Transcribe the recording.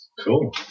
Cool